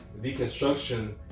deconstruction